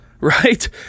Right